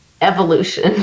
evolution